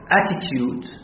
attitude